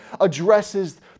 addresses